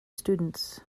students